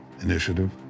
Initiative